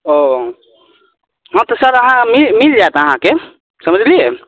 ओ हँ तऽ सर अहाँ मिल जाएत अहाँके समझलियै